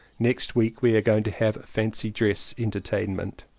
next week we are going to have a fancy dress entertainment.